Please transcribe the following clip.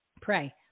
Pray